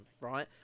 Right